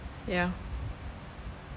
yeah